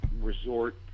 resort